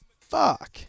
fuck